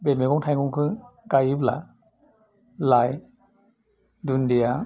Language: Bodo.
बे मैगं थाइगंखौ गायोब्ला लाइ दुन्दिया